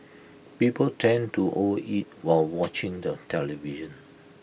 people tend to overeat while watching the television